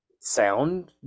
sound